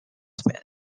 smith